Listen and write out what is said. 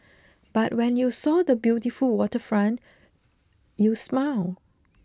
but when you saw the beautiful waterfront you smiled